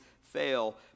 fail